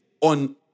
on